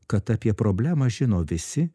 kad apie problemą žino visi